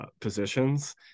positions